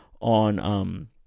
on